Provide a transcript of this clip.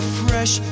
fresh